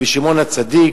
בשמעון-הצדיק?